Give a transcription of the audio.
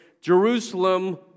Jerusalem